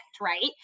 right